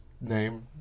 name